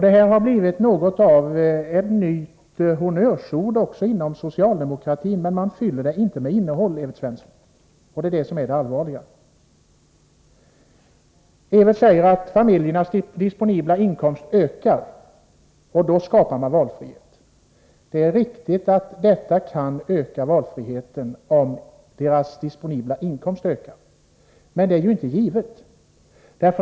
Det har blivit något av ett nytt honnörsord också inom socialdemokratin — men där fyller man det inte med ett innehåll, Evert Svensson, och det är det allvarliga. Evert Svensson säger att familjernas disponibla inkomst ökar och att det skapar valfrihet. Det är riktigt att detta kan öka valfriheten, men det är inte givet.